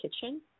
kitchen